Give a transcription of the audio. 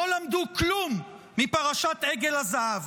לא למדו כלום מפרשת עגל הזהב.